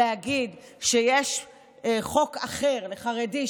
להגיד שיש חוק אחד לחרדי,